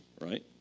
right